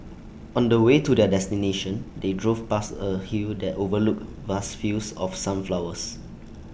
on the way to their destination they drove past A hill that overlooked vast fields of sunflowers